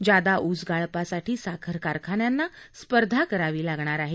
ज्यादा ऊस गाळपासाठी साखर कारखान्यांना स्पर्धा करावी लागणार आहे